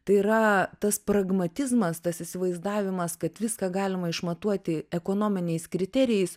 tai yra tas pragmatizmas tas įsivaizdavimas kad viską galima išmatuoti ekonominiais kriterijais